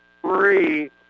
three